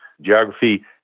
geography